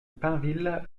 pinville